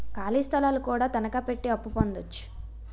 ఖాళీ స్థలాలు కూడా తనకాపెట్టి అప్పు పొందొచ్చు